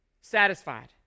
satisfied